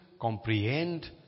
comprehend